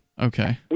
Okay